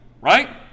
right